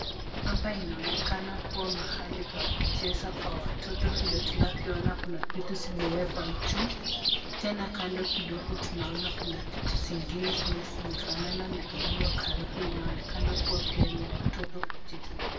Hapa inaonekana kuwa mahali pa kucheza kwa watoto. Vile tunavyoona kuna vitu zimewekwa juu, tena kando kidogo tunaona kuna vitu zingine zenye zimefanana na hio karibu inaonekana kuwa pia ni ya watoto kuchezea.